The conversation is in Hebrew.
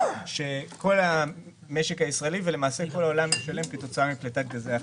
שכל המשק הישראלי וכל העולם משלם כתוצאה מפליטת גזי החממה.